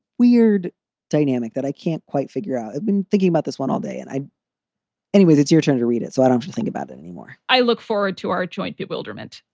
weird dynamic that i can't quite figure out, i've been thinking about this one all day and i anyways, it's your turn to read it so i don't have to think about it anymore i look forward to our joint bewilderment.